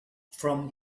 from